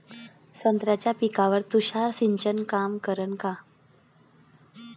संत्र्याच्या पिकावर तुषार सिंचन काम करन का?